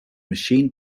machine